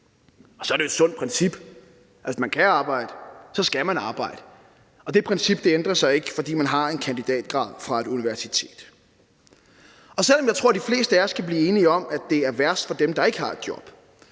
Og så er det jo et sundt princip, at hvis man kan arbejde, skal man arbejde, og det princip ændrer sig ikke, fordi man har en kandidatgrad fra et universitet. Og selv om jeg tror, de fleste af os kan blive enige om, at det er værst for dem, der ikke har et job,